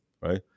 right